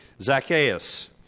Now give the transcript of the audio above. Zacchaeus